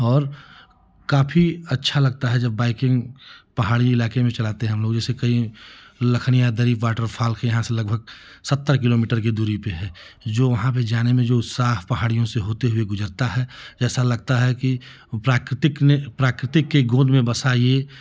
और काफ़ी अच्छा लगता है जब बाइकिंग पहाड़ी इलाके में चलाते है हमलोग जैसे कई लखनियाँ दरी वाटर फाल से यहाँ से लगभग सत्तर किलोमीटर की दूरी पर है जो वहाँ पर जाने में जो उत्साह पहाड़ियों से होते हुए गुजरता है ऐसा लगता है कि प्राकृतिक ने प्राकृतिक के गोद में बसा यह